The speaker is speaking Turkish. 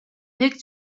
pek